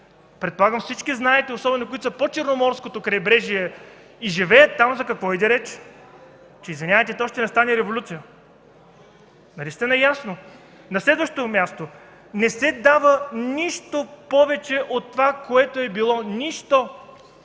предполагам всички знаете, особено тези, които са по Черноморското крайбрежие и живеят там, за какво иде реч. Извинявайте, ще настане революция! Нали сте наясно? На следващо място, не се дава нищо повече от това, което е било. Нищо!